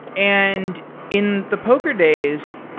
and in the poker days,